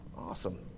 Awesome